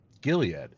Gilead